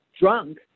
drunk